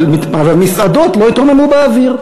אבל מסעדות לא התרוממו באוויר.